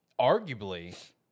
arguably